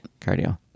cardio